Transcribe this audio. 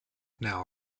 now